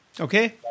okay